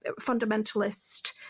fundamentalist